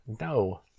No